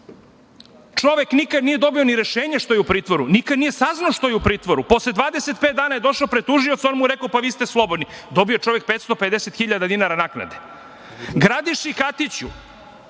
Čovek nikad nije dobio ni rešenje što je u pritvoru, nikad nije saznao što je u pritvoru. Posle 25 dana je došao pred tužioca, on mu je rekao – vi ste slobodni. Dobio je čovek 550.000 dinara naknade. Gradiši Katiću